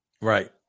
Right